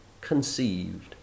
conceived